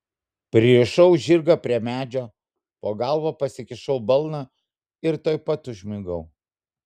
pririšau žirgą prie medžio po galva pasikišau balną ir tuoj pat užmigau